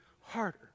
harder